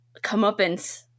comeuppance